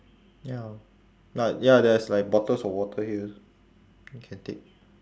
ya like ya there's like bottles of water here also you can take